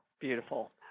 Beautiful